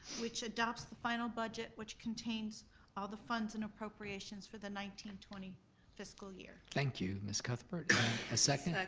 which adopts the final budget, which contains all the funds and appropriations for the nineteen twenty fiscal year. thank you, miss cuthbert, and a second? like